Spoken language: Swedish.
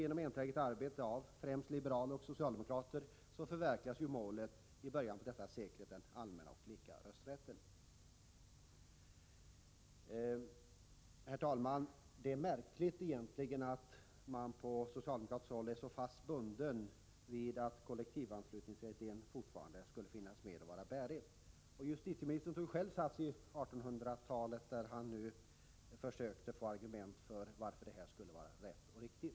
Genom enträget arbete av främst liberaler och socialdemokrater förverkligades emellertid målet om den allmänna och lika rösträtten i början av detta sekel. Herr talman! Det är egentligen märkligt att man på socialdemokratiskt håll är så fast bunden vid att kollektivanslutningsidén fortfarande skall finnas kvar och vara bärig. Justitieministern tog själv sats i 1800-talet, där han försökte få argument för att detta skulle vara rätt och riktigt.